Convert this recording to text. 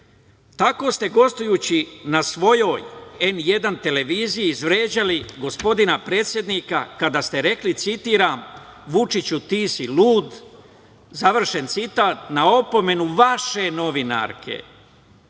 Tako ste, gostujući na svojoj N1 televiziji, izvređali gospodina predsednika kada ste rekli, citiram: „Vučiću, ti si lud“, završen citat. Na opomenu vaše novinarke,